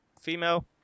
female